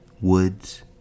woods